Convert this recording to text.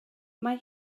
mae